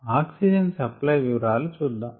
oxygen supply వివరాలు చూద్దాము